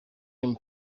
him